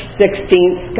sixteenth